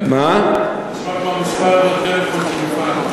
נשמע כמו הטלפון של מפעל הפיס.